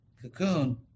cocoon